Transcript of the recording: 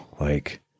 like-